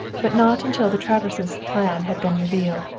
but not until the traverses' plan had been revealed.